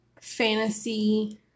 fantasy